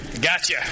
gotcha